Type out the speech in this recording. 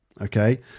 Okay